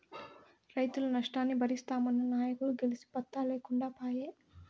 రైతుల నష్టాన్ని బరిస్తామన్న నాయకులు గెలిసి పత్తా లేకుండా పాయే